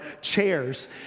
chairs